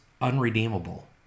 unredeemable